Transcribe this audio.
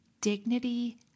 dignity